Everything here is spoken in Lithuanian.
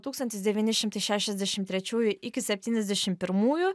tūkstantis devyni šimtai šešiasdešim trečiųjų iki septyniasdešim pirmųjų